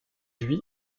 lui